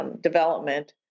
development